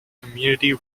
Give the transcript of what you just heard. community